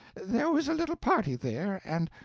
there was a little party there, and,